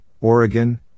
Oregon